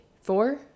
four